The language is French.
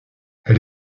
elle